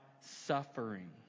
suffering